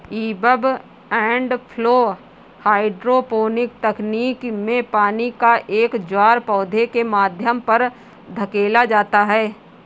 ebb and flow hydroponic तकनीक में पानी का एक ज्वार पौधे के माध्यम पर धकेला जाता है